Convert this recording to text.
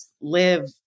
live